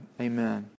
Amen